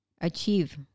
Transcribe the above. achieve